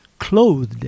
Clothed